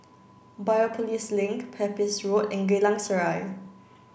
Biopolis Link Pepys Road and Geylang Serai